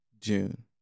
June